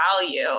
value